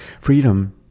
Freedom